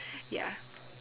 ya